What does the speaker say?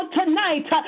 tonight